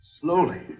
Slowly